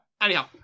anyhow